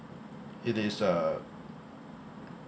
it is a